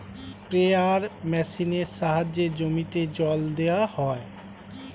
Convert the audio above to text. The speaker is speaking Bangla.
স্প্রেয়ার মেশিনের সাহায্যে জমিতে জল দেওয়া হয়